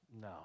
No